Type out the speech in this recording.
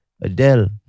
Adele